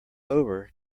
over